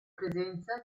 presenza